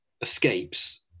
escapes